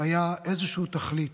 הייתה איזושהי תכלית,